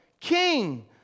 king